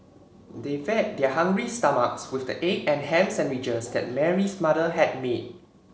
they fed their hungry stomachs with the egg and ham sandwiches that Mary's mother had made